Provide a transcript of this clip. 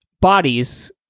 bodies